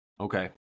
Okay